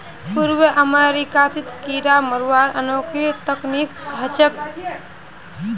पूर्वी अमेरिकात कीरा मरवार अनोखी तकनीक ह छेक